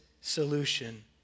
solution